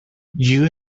you